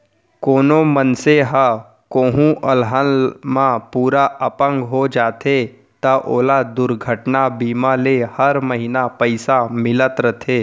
कोनों मनसे ह कोहूँ अलहन म पूरा अपंग हो जाथे त ओला दुरघटना बीमा ले हर महिना पइसा मिलत रथे